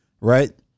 right